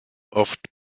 oft